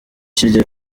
kirya